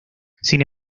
sin